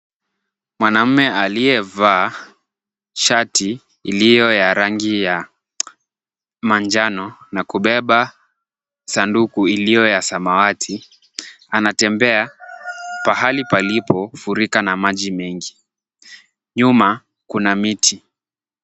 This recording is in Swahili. Mwanaume aliyevaa shati iliyo ya rangi ya manjano na kubeba sanduku iliyo ya samawati anatembea pahali palipofurika na maji mengi. Nyuma kuna miti.